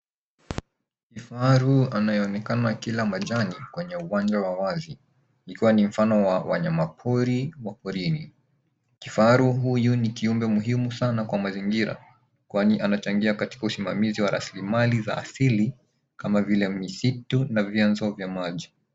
Kifaru anayeonekana akila majani, kwenye uwanja wa wazi. Ikiwa ni mfano wa wanyama pori wa porini. Kifaru huyu ni kiumbe muhimu sana kwa mazingira. Kwani anachangia katika usimamizi wa rasilimali za asili, kama vile misitu na vyanzo vya maji.